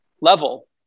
level